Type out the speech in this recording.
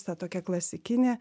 ta tokia klasikinė